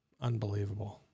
Unbelievable